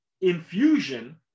infusion